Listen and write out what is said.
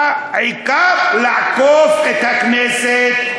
עקף את הכנסת.